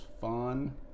fun